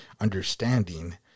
understanding